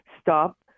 Stop